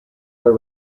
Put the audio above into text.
are